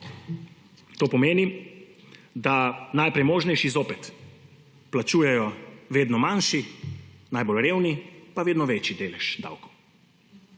To pomeni, da najpremožnejši zopet plačujejo vedno manjši, najbolj revni pa vedno večji delež davkov.